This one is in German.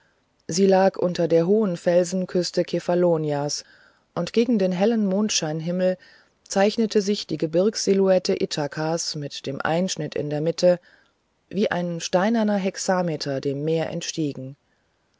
sie lag unter der hohen felsenküste kephalonias und gegen den hellen mondscheinhimmel zeichnete sich die gebirgssilhouette ithakas mit dem einschnitt in der mitte wie ein versteinerter hexameter dem meer entsteigend